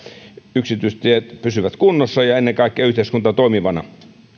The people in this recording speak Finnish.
yksityistiet pysyvät kunnossa ja ennen kaikkea yhteiskunta toimivana